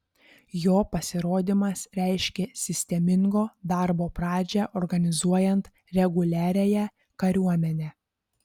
jo pasirodymas reiškė sistemingo darbo pradžią organizuojant reguliariąją kariuomenę